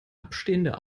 abstehende